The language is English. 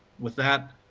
with that,